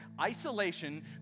isolation